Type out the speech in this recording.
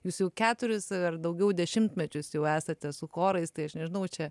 jūs jau keturis ar daugiau dešimtmečius jau esate su chorais tai aš nežinau čia